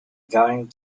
going